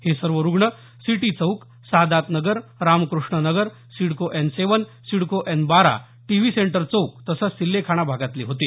हे सर्व रुग्ण city chowk Sadat Nagar Ramakrishna Nagar CIDCO N seven CIDCO N बारा टीव्ही सेंटर चौक तसंच सिल्लेखाना भागातले होते